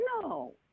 No